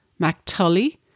MacTully